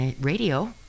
Radio